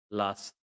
last